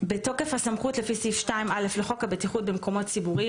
בתוקף הסמכות לפי סעיף 2(א) לחוק הבטיחות במקומות ציבוריים,